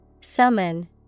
Summon